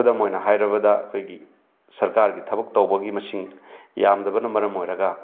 ꯈꯨꯗꯝ ꯑꯣꯏꯅ ꯍꯥꯏꯔꯕꯗ ꯑꯩꯈꯣꯏꯒꯤ ꯁꯔꯀꯥꯔꯒꯤ ꯊꯕꯛ ꯇꯧꯕꯒꯤ ꯃꯁꯤꯡ ꯌꯥꯝꯗꯕꯅ ꯃꯔꯝ ꯑꯣꯏꯔꯒ